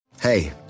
Hey